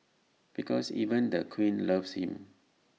because even the queen loves him